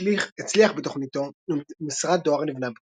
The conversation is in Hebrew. הצליח בתוכניתו ומשרד דואר נבנה בברקינרידג'.